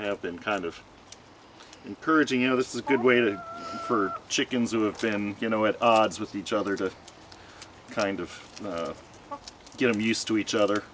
have been kind of encouraging you know this is a good way to for chickens who have been you know at odds with each other to kind of get them used to each other